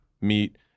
meat